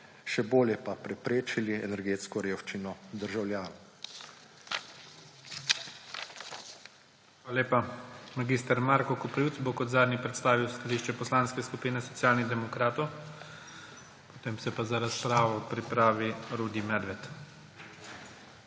še bolje pa preprečili energetsko revščino državljanov. PREDSEDNIK IGOR ZORČIČ: Hvala lepa. Mag. Marko Koprivc bo kot zadnji predstavil stališče Poslanske skupine Socialnih demokratov. Potem se pa za razpravo pripravi Rudi Medved.